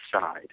side